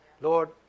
Lord